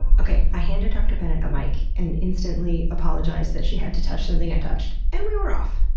okay, i handed dr. bennett a mic, and instantly apologized that she had to touch something i touched, and we were off!